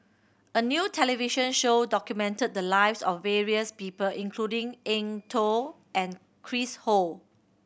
a new television show documented the lives of various people including Eng Tow and Chris Ho